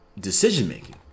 decision-making